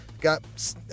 got